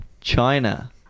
China